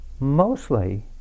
Mostly